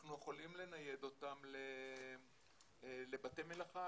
אנחנו יכולים לנייד אותם לבתי מלאכה,